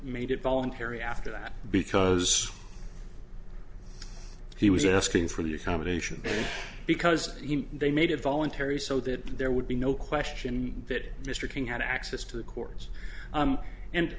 made it voluntary after that because he was asking for the accommodation because they made it voluntary so that there would be no question that mr king had access to the courts